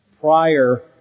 prior